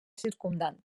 circumdant